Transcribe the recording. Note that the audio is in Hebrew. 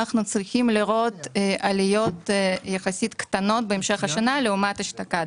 אנחנו צריכים לראות עליות יחסית קטנות בהמשך השנה לעומת אשתקד.